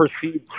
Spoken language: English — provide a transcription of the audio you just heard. perceived